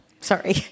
Sorry